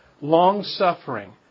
long-suffering